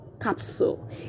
capsule